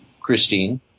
Christine